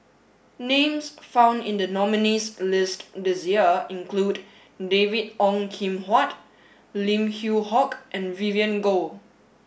names found in the nominees list this year include David Ong Kim Huat Lim Yew Hock and Vivien Goh